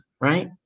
right